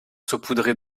saupoudrée